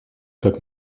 как